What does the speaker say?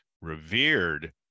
revered